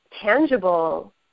tangible